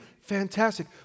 fantastic